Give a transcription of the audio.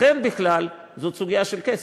לכן בכלל זאת סוגיה של כסף.